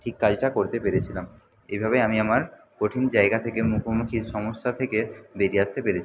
ঠিক কাজটা করতে পেরেছিলাম এইভাবেই আমি আমার কঠিন জায়গা থেকে মুখোমুখি সমস্যা থেকে বেরিয়ে আসতে পেরে